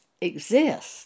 exist